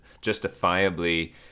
justifiably